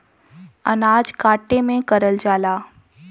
अनाज काटे में करल जाला